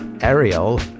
Ariel